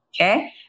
okay